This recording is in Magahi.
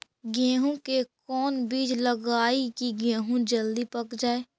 गेंहू के कोन बिज लगाई कि गेहूं जल्दी पक जाए?